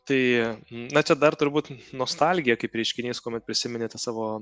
tai na čia dar turbūt nostalgija kaip reiškinys kuomet prisimeni tą savo